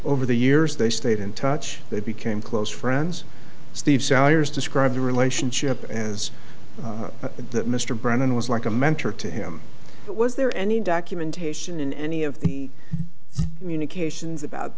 over the years they stayed in touch they became close friends steve sours describe the relationship as mr brennan was like a mentor to him but was there any documentation in any of the communications